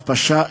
הכפשה,